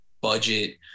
budget